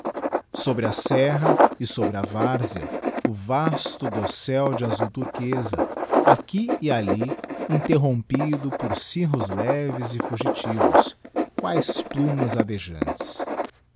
sobre a serra e sobre a várzea o vasto docelde azul turqueza aqui e alli interrompido por cirrus leves e fugitivos quaes plumas